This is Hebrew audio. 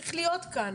צריך להיות כאן.